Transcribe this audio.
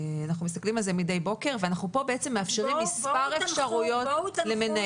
אנחנו מסתכלים על זה מדי בוקר ואנחנו כאן מאפשרים מספר אפשרויות למנהל.